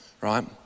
right